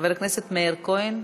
חבר הכנסת מאיר כהן,